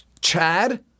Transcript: Chad